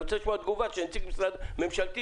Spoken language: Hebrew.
אני רוצה לשמוע תגובה מנציג משרד ממשלתי,